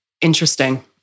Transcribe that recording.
Interesting